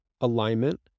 alignment